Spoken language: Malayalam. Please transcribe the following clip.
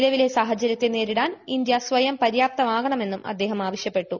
നിലവിലെ സാഹചര്യത്തെ നേരിടാൻ ഇന്ത്യ സ്ഥയം പര്യാപ്തമാകണമെന്നും അദ്ദേഹം ആവശ്യപ്പെട്ടു